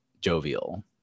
jovial